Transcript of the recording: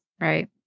Right